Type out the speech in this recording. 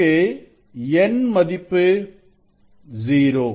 இங்கு n மதிப்பு 0